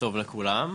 לכולם,